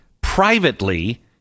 privately